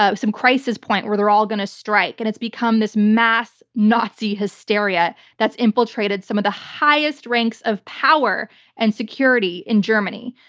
ah some crisis point where they're all going to strike. and it's become this mass nazi hysteria that's infiltrated some of the highest ranks of power and security in germany.